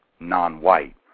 non-white